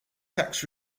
tax